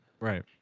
right